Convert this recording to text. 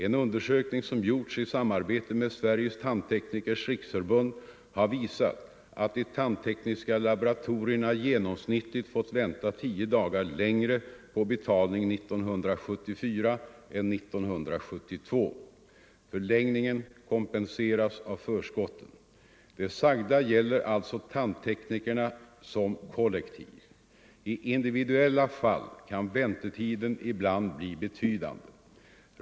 En undersökning som gjorts i samarbete med Sveriges tandteknikers riksförbund har visat att de tandtekniska laboratorierna genomsnittligt fått vänta tio dagar längre på betalning 1974 än 1972. Förlängningen kompenseras av förskotten. Det sagda gäller alltså tandteknikerna som kollektiv. I individuella fall kan väntetiderna ibland bli betydande.